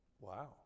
Wow